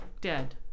Dead